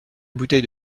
bouteille